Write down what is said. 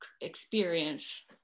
experience